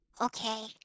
okay